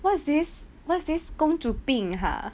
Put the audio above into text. what's this what's this 公主病 ah